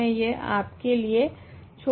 मैं यह आपके लिए छोड़ती हूँ